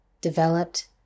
developed